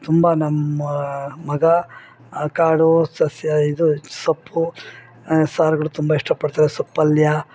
ತುಂಬ ನಮ್ಮ ಮಗ ಆ ಕಾಳು ಸಸ್ಯ ಇದು ಸೊಪ್ಪು ಸಾರುಗಳು ತುಂಬ ಇಷ್ಟಪಡ್ತಾರೆ ಸೊಪ್ಪುಪಲ್ಯ